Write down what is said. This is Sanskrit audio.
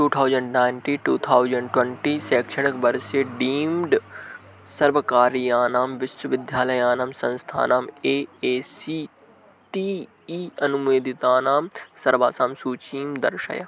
two thousand ninety two thousand twenty शैक्षणिकवर्षे डीम्ड् सर्वकारीयानां विश्वविद्यालयानां संस्थानाम् A A C T E अनुमेदितानां सर्वासां सूचीं दर्शय